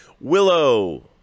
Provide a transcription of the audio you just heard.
Willow